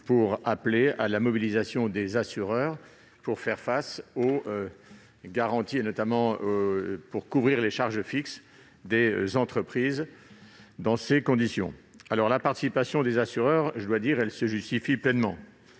pour appeler à la mobilisation des assureurs, afin de faire face aux garanties, notamment pour couvrir les charges fixes des entreprises dans ces conditions. La participation des assureurs se justifie pleinement.